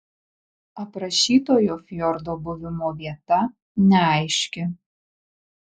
aprašytojo fjordo buvimo vieta neaiški